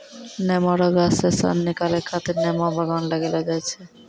नेमो रो गाछ से सन निकालै खातीर नेमो बगान लगैलो जाय छै